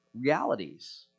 realities